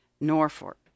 Norfolk